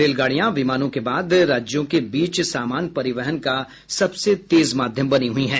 रेलगाड़ियां विमानों के बाद राज्यों के बीच सामान परिवहन का सबसे तेज माध्यम बनी हुई हैं